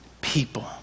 people